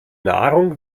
nahrung